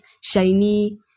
Shiny